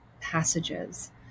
passages